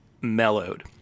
mellowed